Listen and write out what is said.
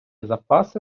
запаси